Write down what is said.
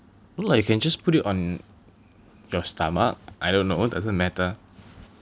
no lah you can just put it on your stomach I don't know doesn't matter